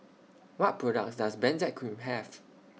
What products Does Benzac Cream Have